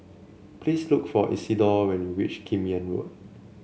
please look for Isidore when you reach Kim Yam Road